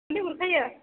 नों गुरखायो